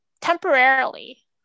temporarily